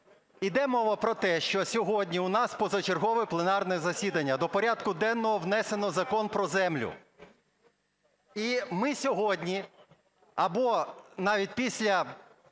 Іде мова про те, що сьогодні у нас позачергове пленарне засідання. До порядку денного внесено Закон про землю. І ми сьогодні або навіть після